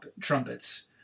trumpets